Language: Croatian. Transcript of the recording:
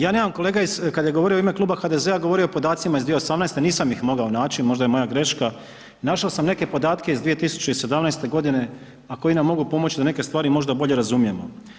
Ja nemam, kolega iz kad je govorio u ime Kluba HDZ-a govorio o podacima iz 2018. nisam ih mogao naći, možda je moja greška, našao sam neke podatke iz 2017. godine, a koji nam mogu pomoći da neke stvari možda bolje razumijemo.